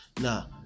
Now